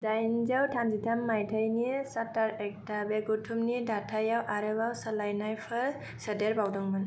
दाइनजौ थामजिथाम मायथाइनि चार्टार एक्टा बे गौथुमनि दाथायाव आरोबाव सोलायनायफोर सोदेरबावदोंमोन